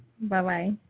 Bye-bye